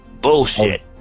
Bullshit